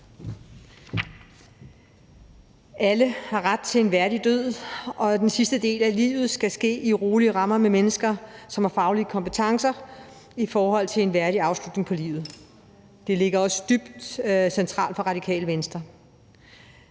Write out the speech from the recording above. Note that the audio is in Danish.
Alle har ret til en værdig død, og den sidste del af livet skal ske i rolige rammer med mennesker, som har faglige kompetencer til at hjælpe med til en værdig afslutning på livet. Det er også helt centralt for Radikale Venstre.